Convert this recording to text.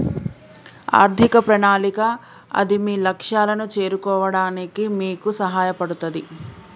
ఆర్థిక ప్రణాళిక అది మీ లక్ష్యాలను చేరుకోవడానికి మీకు సహాయపడతది